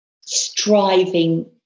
striving